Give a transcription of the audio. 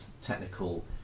technical